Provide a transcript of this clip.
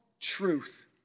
truth